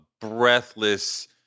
breathless